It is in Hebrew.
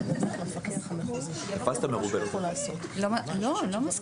מבקשת להתייחס.